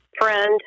friend